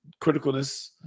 criticalness